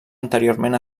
anteriorment